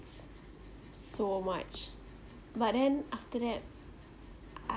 so much but then after that I